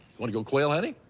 want to go quail hunting?